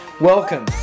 welcome